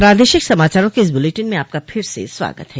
प्रादेशिक समाचारों के इस बुलेटिन में आपका फिर से स्वागत है